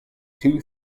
two